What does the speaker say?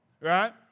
right